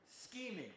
scheming